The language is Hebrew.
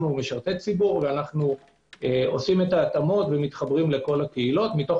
אנחנו משרתי ציבור ועושים את ההתאמות ומתחרים לכל הקהילות מתוך